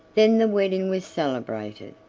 then the wedding was celebrated,